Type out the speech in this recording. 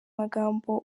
magambo